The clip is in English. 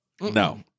No